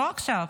לא עכשיו,